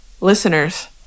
Listeners